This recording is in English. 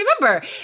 remember